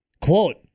Quote